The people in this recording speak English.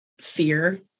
fear